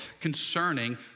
concerning